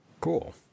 Cool